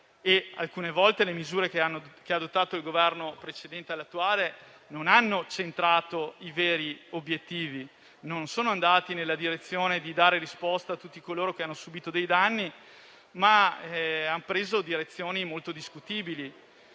alcune volte le misure adottate dal Governo precedente non hanno centrato i veri obiettivi e non sono andate nella direzione di dare risposta a tutti coloro che hanno subito dei danni, ma hanno preso direzioni molto discutibili.